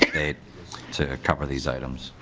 to cover these items?